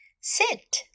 Sit